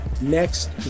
next